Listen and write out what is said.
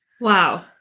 Wow